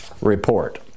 report